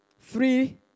three